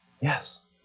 Yes